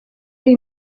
iyi